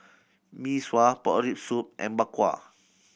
Mee Sua pork rib soup and Bak Kwa